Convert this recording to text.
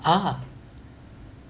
!huh!